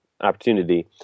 opportunity